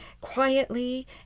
quietly